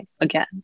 again